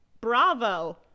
Bravo